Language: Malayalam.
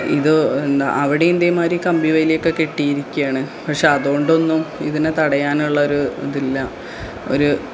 ഇത് എന്താണ് അവിടേയും ഇതേമാരി കമ്പിവേലിയൊക്കെ കെട്ടിയിരിക്കുകയാണ് പക്ഷെ അത് കൊണ്ടൊന്നും ഇതിനെ തടയാനുള്ള ഒരു ഇതില്ല ഒര്